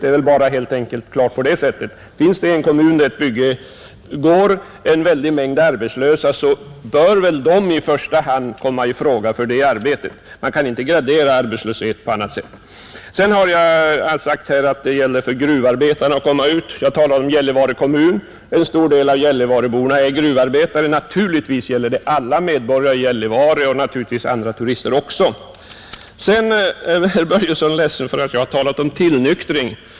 Det är helt enkelt så, att finns det i en kommun där ett bygge skall genomföras en väldig mängd arbetslösa, bör väl de i första hand komma i fråga för det arbetet. Man kan inte gradera arbetslöshet på annat sätt. När jag har sagt att det gäller för gruvarbetarna att kunna komma ut i detta område, så talar jag om Gällivare kommun — en stor del av Gällivareborna är gruvarbetare. Men naturligtvis gäller det alla medborgare i Gällivare och naturligtvis turister från annat håll också. Herr Börjesson i Glömminge är ledsen för att jag talat om tillnyktring.